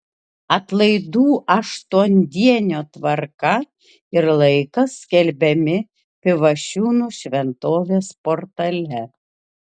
atlaidų aštuondienio tvarka ir laikas skelbiami pivašiūnų šventovės portale